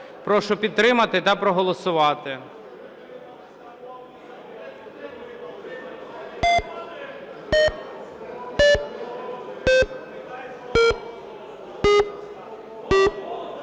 Прошу підтримати та проголосувати.